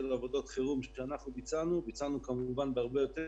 עבודות חירום שאנחנו ביצענו ביצענו כמובן הרבה יותר